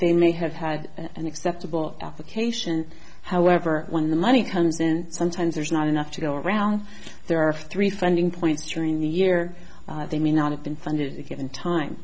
they may have had an acceptable application however when the money comes in and sometimes there's not enough to go around there are three funding points during the year they may not have been funded a given time